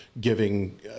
giving